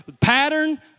Pattern